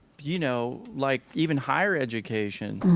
you know, like even higher education.